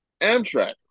Amtrak